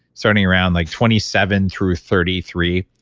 starting around like twenty seven through thirty three.